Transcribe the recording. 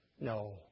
No